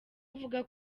avuga